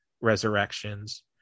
Resurrections